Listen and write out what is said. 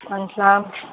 وعلیکم سلام